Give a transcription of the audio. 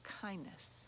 kindness